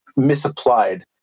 Misapplied